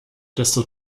desto